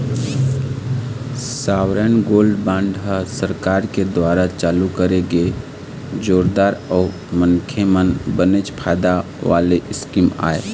sovereign gold bond ह सरकार के दुवारा चालू करे गे जोरदार अउ मनखे मन बनेच फायदा वाले स्कीम आय